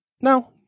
no